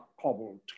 cobbled